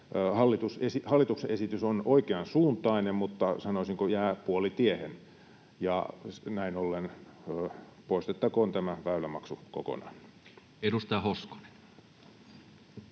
Hallituksen esitys on oikeansuuntainen mutta, sanoisinko, jää puolitiehen. Poistettakoon näin ollen väylämaksu kokonaan. [Speech